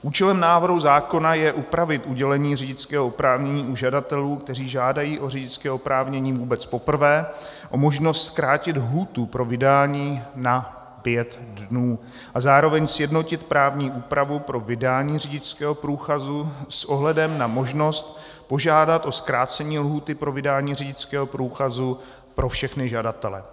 Účelem návrhu zákona je upravit udělení řidičského oprávnění u žadatelů, kteří žádají o řidičské oprávnění vůbec poprvé, o možnost zkrátit lhůtu pro vydání na pět dnů a zároveň sjednotit právní úpravu pro vydání řidičského průkazu s ohledem na možnost požádat o zkrácení lhůty pro vydání řidičského průkazu pro všechny žadatele.